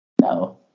No